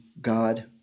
God